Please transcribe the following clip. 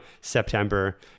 September